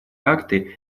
акты